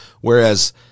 whereas